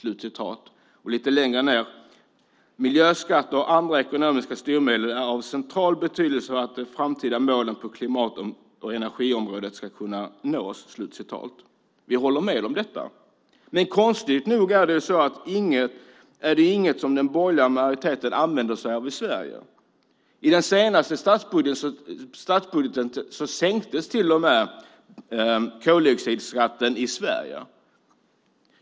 Lite längre ned står det: Miljöskatter och andra ekonomiska styrmedel är av central betydelse för att framtida mål på klimat och energiområdet ska kunna nås. Vi håller med om detta. Konstigt nog är det inget som den borgerliga majoriteten använder sig av i Sverige. I den senaste statsbudgeten sänktes till och med koldioxidskatten i Sverige.